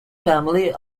family